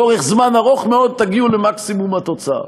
לאורך זמן ארוך מאוד תגיעו למקסימום התוצאה.